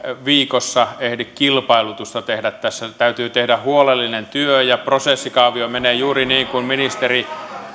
viikossa ehdi kilpailutusta tehdä tässä täytyy tehdä huolellinen työ ja prosessikaavio menee juuri niin kuin ministeri